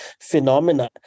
phenomena